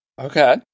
Okay